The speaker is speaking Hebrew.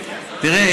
תראה,